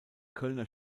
kölner